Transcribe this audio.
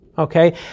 Okay